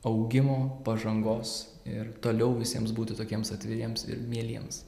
augimo pažangos ir toliau visiems būti tokiems atviriems ir mieliems